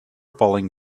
falling